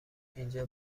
اینجا